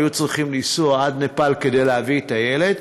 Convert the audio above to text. הם היו צריכים לנסוע עד נפאל כדי להביא את הילד,